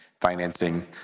financing